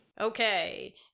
Okay